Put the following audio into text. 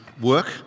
work